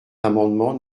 l’amendement